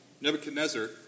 Nebuchadnezzar